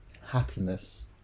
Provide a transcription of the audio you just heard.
Happiness